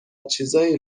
چیزایی